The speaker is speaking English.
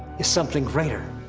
is something greater.